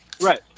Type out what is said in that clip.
Right